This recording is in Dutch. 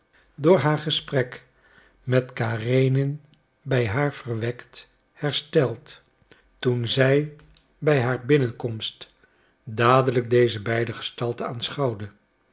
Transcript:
door haar gesprek met karenin bij haar verwekt hersteld toen zij bij haar binnenkomst dadelijk deze beide